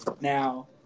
Now